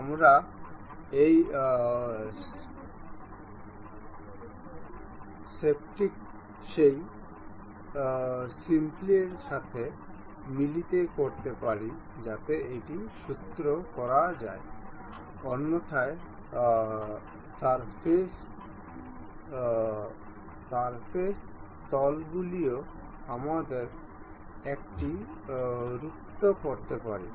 আমরা এই সর্পিলটি সেই সর্পিলের সাথে মিলিত করতে পারি যাতে এটি স্ক্রু করা যায় অন্যথায় সারফেসতলগুলিও আমরা এটি রপ্ত করতে পারি